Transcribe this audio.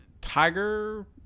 Tiger